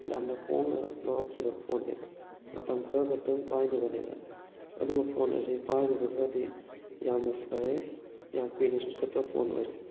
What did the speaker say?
ꯌꯥꯝꯅ ꯍꯣꯡꯅ ꯂꯧꯔꯛꯈꯤꯕ ꯐꯣꯟꯅꯦꯕ ꯃꯇꯝ ꯈꯔꯈꯛꯇꯪ ꯄꯥꯏꯅꯕꯅꯦꯅ ꯑꯗꯨꯒ ꯐꯣꯟ ꯑꯁꯤ ꯄꯥꯏꯔꯨꯕꯒꯗꯤ ꯌꯥꯝꯅ ꯐꯔꯦ ꯌꯥꯝ ꯀꯨꯏꯅꯁꯨ ꯆꯠꯄ ꯐꯣꯟ ꯑꯣꯏꯔꯦ